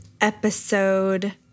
episode